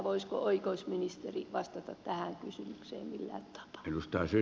voisiko oikeusministeri vastata tähän kysymykseen millään tapaa